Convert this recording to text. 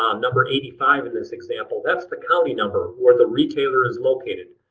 um number eighty five in this example, that's the county number where the retailer is located.